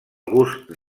gust